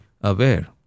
aware